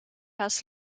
has